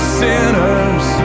sinners